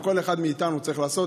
וכל אחד מאיתנו צריך לעשות